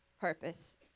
purpose